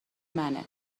منه